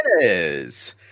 yes